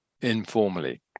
informally